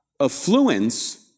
Affluence